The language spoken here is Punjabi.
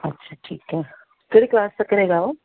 ਅੱਛਾ ਠੀਕ ਹੈ ਕਿਹੜੀ ਕਲਾਸ ਤੱਕ ਹੈਗਾ ਉਹ